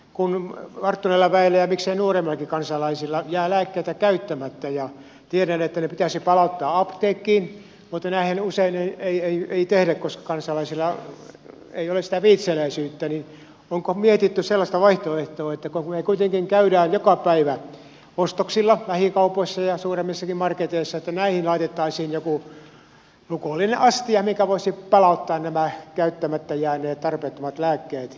kun varttuneella väellä ja miksei nuoremmillakin kansalaisilla jää lääkkeitä käyttämättä ja tiedän että ne pitäisi palauttaa apteekkiin mutta näinhän usein ei tehdä koska kansalaisilla ei ole sitä viitseliäisyyttä niin onko mietitty sellaista vaihtoehtoa että kun me kuitenkin käymme joka päivä ostoksilla lähikaupoissa ja suuremmissakin marketeissa näihin laitettaisiin joku lukollinen astia mihinkä voisi palauttaa nämä käyttämättä jääneet tarpeettomat lääkkeet